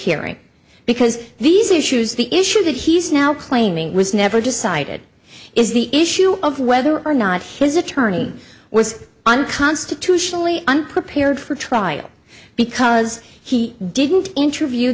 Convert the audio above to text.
rehearing because these issues the issue that he's now claiming was never decided is the issue of whether or not his attorney was unconstitutionally unprepared for trial because he didn't interview